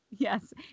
Yes